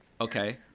Okay